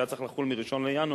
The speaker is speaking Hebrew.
שהיה צריך לחול מ-1 בינואר,